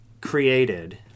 created